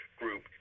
group